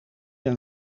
een